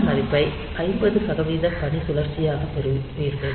இந்த மதிப்பை 50 சதவீத பணிசுழற்சியாகப் பெறுவீர்கள்